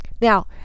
Now